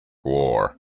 war